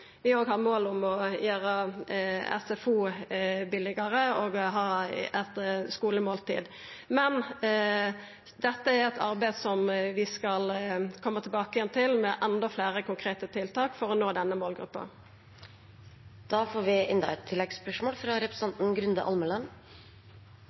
vi har òg mål om å gjera SFO billegare og ha eit skulemåltid. Dette er eit arbeid som vi skal koma tilbake til med enda fleire konkrete tiltak for å nå denne